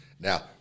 Now